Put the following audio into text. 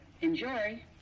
Enjoy